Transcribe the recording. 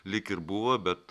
lyg ir buvo bet